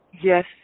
Yes